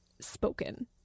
spoken